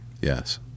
Yes